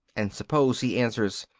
and suppose he answers,